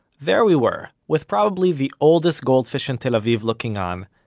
there we were, with probably the oldest goldfish in tel aviv looking on,